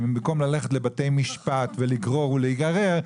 אם הם במקום ללכת לבתי משפט ולגרור ולהיגרר,